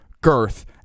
girth